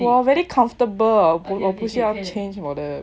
我 very comfortable 我我不需要 change 我的 posiiton